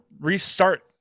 restart